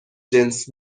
جنس